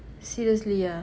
seriously ah